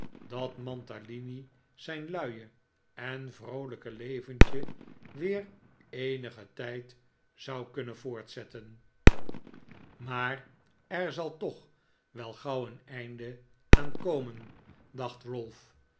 dat mantalini zijn luie en vroolijke leventje weer eenigen tijd zou kunnen voortzetten maar er zal toch wel gauw een einde aan komen dacht